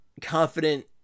confident